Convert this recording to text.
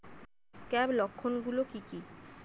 Scab লক্ষণ গুলো কি কি?